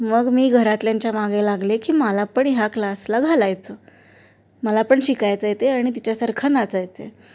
मग मी घरातल्यांच्या मागे लागले की मला पण ह्या क्लासला घालायचं मला पण शिकायचं आहे ते आणि तिच्यासारखं नाचायचं आहे